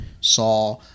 Saw